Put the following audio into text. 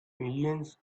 millions